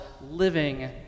living